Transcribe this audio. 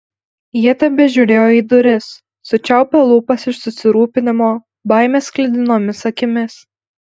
jie tebežiūrėjo į duris sučiaupę lūpas iš susirūpinimo baimės sklidinomis akimis